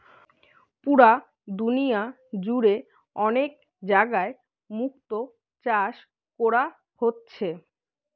পুরা দুনিয়া জুড়ে অনেক জাগায় মুক্তো চাষ কোরা হচ্ছে